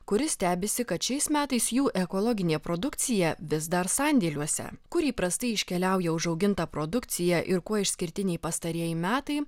kuri stebisi kad šiais metais jų ekologinė produkcija vis dar sandėliuose kur įprastai iškeliauja užauginta produkcija ir kuo išskirtiniai pastarieji metai